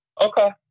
Okay